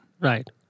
Right